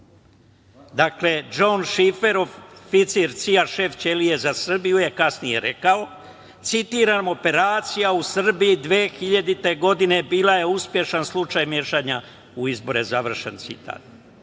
Dakle, Džon Šifer, oficir CIA, šef ćelije za Srbiju je kasnije rekao, citiram – operacija u Srbiji 2000. godine, bila je uspešan slučaj mešanja u izbore. Završen